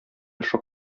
шок